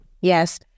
Yes